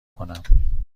کنم